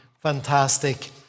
fantastic